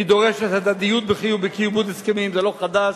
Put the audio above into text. היא דורשת הדדיות בכיבוד הסכמים, זה לא חדש,